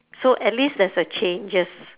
so at least there's a changes